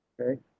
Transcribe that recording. Okay